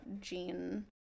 jean